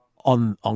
on